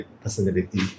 personality